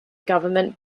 government